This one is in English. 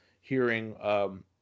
hearing